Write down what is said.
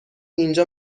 اینجا